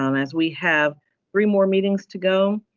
um as we have three more meetings to go,